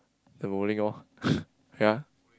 the bowling orh ya